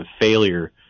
failure